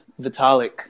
Vitalik